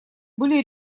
были